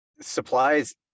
Supplies